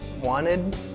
wanted